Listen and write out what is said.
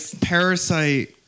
Parasite